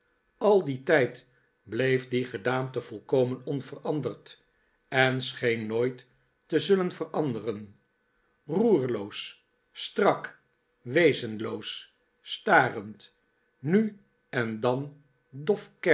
al dien tijd bleef die gedaante volkomen onveranderd en scheen nooit te zullen veranderen roerloos strak wezenloos starend nu en dan